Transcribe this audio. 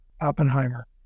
Oppenheimer